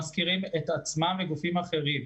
מזכירים את עצמם וגופים אחרים.